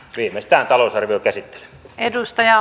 arvoisa rouva puhemies